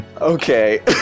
Okay